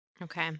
Okay